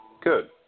Good